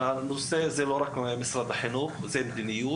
הנושא הזה הוא לא רק משרד החינוך אלא מדיניות.